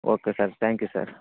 okay sir thank you